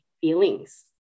feelings